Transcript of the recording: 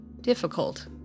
difficult